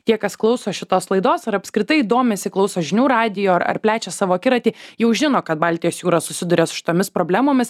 tie kas klauso šitos laidos ar apskritai domisi klauso žinių radijo ar plečia savo akiratį jau žino kad baltijos jūra susiduria su šitomis problemomis